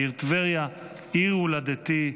העיר טבריה, עיר הולדתי.